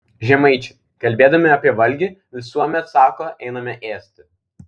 žemaičiai kalbėdami apie valgį visuomet sako einame ėsti